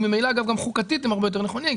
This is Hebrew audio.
וממילא גם חוקתית הם הרבה יותר נכונים,